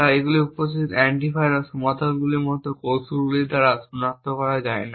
তাই এগুলি উপস্থিত অ্যান্টিভাইরাস সমাধানগুলির মতো কৌশলগুলির দ্বারা সনাক্ত করা যায় না